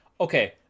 okay